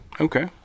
Okay